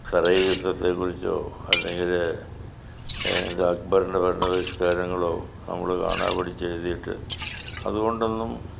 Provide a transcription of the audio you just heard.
തറൈൻ യുദ്ധത്തെക്കുറിച്ചോ അല്ലെങ്കിൽ എന്താ അക്ബറിൻ്റെ ഭരണ പരിഷ്കാരങ്ങളോ നമ്മൾ കാണാതെ പഠിച്ചെഴുതിയിട്ട് അതുകൊണ്ടൊന്നും